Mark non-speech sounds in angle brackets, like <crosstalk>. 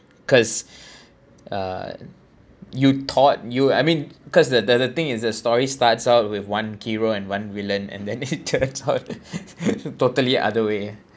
cause <breath> uh you thought you I mean cause the the the thing is this story starts out with one key role and one villain and it <laughs> totally other way